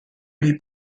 lui